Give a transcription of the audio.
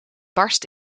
barst